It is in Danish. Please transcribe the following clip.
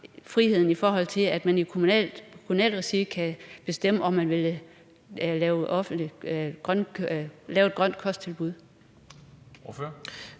friheden, i forhold til at man i kommunalt regi kan bestemme, om man vil lave et grønt kosttilbud?